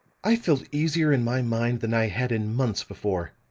i felt easier in my mind than i had in months before.